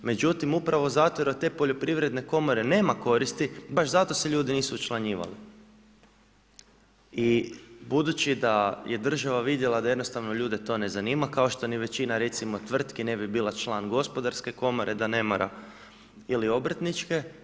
Međutim, upravo zato jer od te poljoprivredne komore nema koristi, baš zato se ljudi nisu učlanjivali i budući da je država vidjela da jednostavno ljude to ne zanima, kao šti ni većina, recimo tvrtki ne bi bila član gospodarske komore da ne mora ili obrtničke.